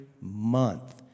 month